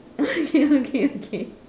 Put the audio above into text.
okay okay okay